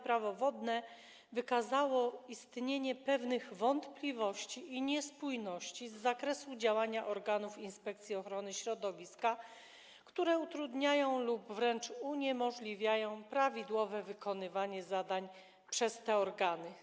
Prawo wodne wykazało istnienie pewnych wątpliwości i niespójności z zakresu działania organów Inspekcji Ochrony Środowiska, które utrudniają lub wręcz uniemożliwiają prawidłowe wykonywanie zadań przez te organy.